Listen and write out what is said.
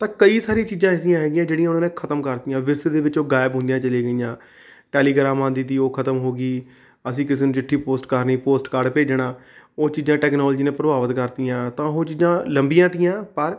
ਤਾਂ ਕਈ ਸਾਰੀਆਂ ਚੀਜ਼ਾਂ ਐਸੀਆਂ ਹੈਗੀਆਂ ਜਿਹੜੀਆਂ ਉਨ੍ਹਾਂ ਨੇ ਖਤਮ ਕਰਤੀਆਂ ਵਿਰਸੇ ਦੇ ਵਿੱਚੋਂ ਗਾਇਬ ਹੋਈਆਂ ਚਲੇ ਗਈਆਂ ਟੈਲੀਗਰਾਮਾਂ ਦੀ ਤੀ ਉਹ ਖ਼ਤਮ ਹੋ ਗਈ ਅਸੀਂ ਕਿਸੇ ਨੂੰ ਚਿੱਠੀ ਪੋਸਟ ਕਰਨੀ ਪੋਸਟਕਾਰਡ ਭੇਜਣਾ ਉਹ ਚੀਜ਼ਾਂ ਟੈਕਨੋਲਜੀ ਨੇ ਪ੍ਰਭਾਵਿਤ ਕਰਤੀਆਂ ਤਾਂ ਉਹ ਚੀਜ਼ਾਂ ਲੰਮੀਆਂ ਤੀਆਂ ਪਰ